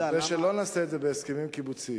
מפני שאם לא נעשה את זה בהסכמים קיבוציים,